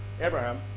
Abraham